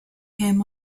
him